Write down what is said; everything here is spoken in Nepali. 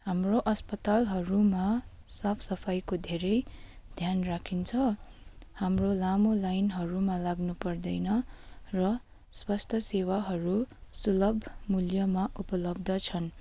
हाम्रो अस्पतालहरूमा साफ सफाईको धेरै ध्यान राखिन्छ हाम्रो लामो लाइनहरूमा लाग्नु पर्दैन र स्वास्थ्य सेवाहरू सुलभ मुल्यमा उपलब्ध छन्